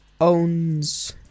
owns